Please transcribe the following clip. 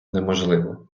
неможливо